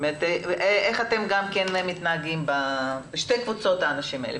איך אתם נוהגים עם שתי קבוצות הנשים הללו.